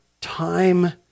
time